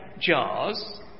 jars